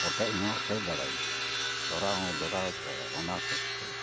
ᱚᱴᱮᱡ ᱦᱚᱸ ᱚᱴᱮᱡ ᱫᱟᱲᱮᱭᱟᱜᱼᱟ ᱫᱷᱚᱨᱟᱣ ᱦᱚᱸ ᱫᱷᱚᱨᱟᱣ ᱫᱟᱲᱮᱭᱟᱜᱼᱟ ᱚᱱᱟ ᱦᱚᱛᱮᱡ ᱛᱮ